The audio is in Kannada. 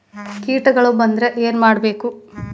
ಕೇಟಗಳ ಬಂದ್ರ ಏನ್ ಮಾಡ್ಬೇಕ್?